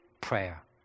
prayer